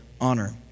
honor